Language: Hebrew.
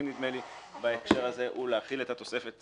נדמה לי בהקשר הזה הוא להחיל את התוספת